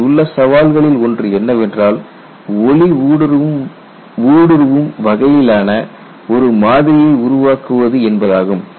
இதில் உள்ள சவால்களில் ஒன்று என்னவென்றால் ஒளி ஊடுருவும் வகையில் ஆன ஒரு மாதிரியை எவ்வாறு உருவாக்குவது என்பதாகும்